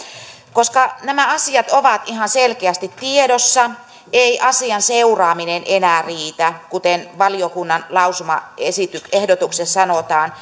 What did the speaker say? koska nämä asiat ovat ihan selkeästi tiedossa ei asian seuraaminen enää riitä kuten valiokunnan lausumaehdotuksessa sanotaan